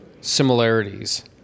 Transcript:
similarities